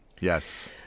Yes